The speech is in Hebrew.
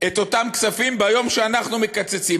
את אותם כספים ביום שאנחנו מקצצים?